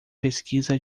pesquisa